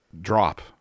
drop